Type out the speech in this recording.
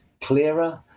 clearer